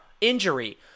Injury